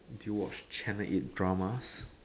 do you watch channel-eight dramas